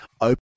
open